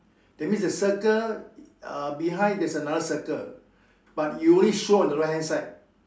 that means the circle uh behind there's another circle but it only show on the right hand side